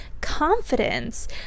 confidence